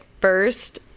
first